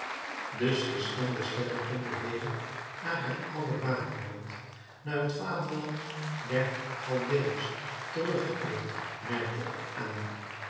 dus is dan de sterrekunde weder naar haar oude bakermat naar het vaderland der chaldeërs teruggekeerd merkte ik aan